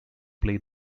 play